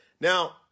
Now